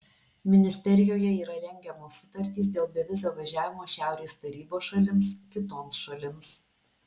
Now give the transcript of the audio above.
ministerijoje yra rengiamos sutartys dėl bevizio važiavimo šiaurės tarybos šalims kitoms šalims